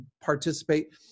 participate